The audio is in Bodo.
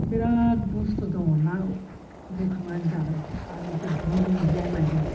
बिरात बुस्थु दङ ना बोखांनानै जाग्राफ्रा आरो मोनसे दुलि जे होननाय दं